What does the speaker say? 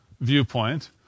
viewpoint